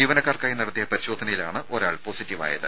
ജീവനക്കാർക്കായി നടത്തിയ പരിശോധനയിലാണ് ഒരാൾ പോസിറ്റീവായത്